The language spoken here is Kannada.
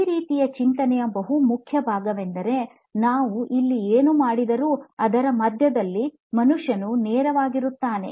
ಈ ರೀತಿಯ ಚಿಂತನೆಯ ಬಹುಮುಖ್ಯ ಭಾಗವೆಂದರೆ ನಾವು ಇಲ್ಲಿ ಏನು ಮಾಡಿದರೂ ಅದರ ಮಧ್ಯದಲ್ಲಿ ಮನುಷ್ಯನು ನೇರವಾಗಿರುತ್ತಾನೆ